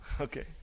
Okay